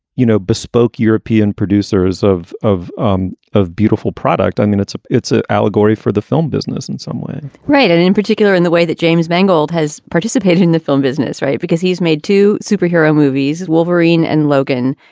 you know, bespoke european producers of of um of beautiful product, i mean, it's it's an ah allegory for the film business in some way right. and in particular, in the way that james mangold has participated in the film business. right. because he's made two superhero movies, wolverine and logan,